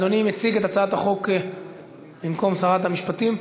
אדוני מציג את הצעת החוק במקום שרת המשפטים?